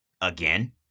again